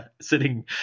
sitting